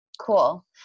Cool